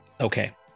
Okay